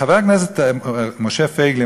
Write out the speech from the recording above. חבר הכנסת משה פייגלין,